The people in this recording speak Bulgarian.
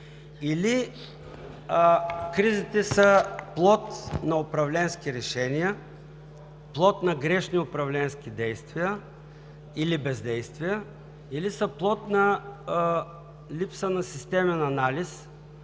или кризите са плод на управленски решения, плод на грешни управленски действия или бездействия, или са плод на липса на системен анализ